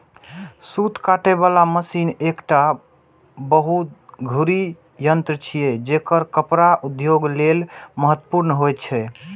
सूत काटे बला मशीन एकटा बहुधुरी यंत्र छियै, जेकर कपड़ा उद्योग लेल महत्वपूर्ण होइ छै